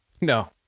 No